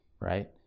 right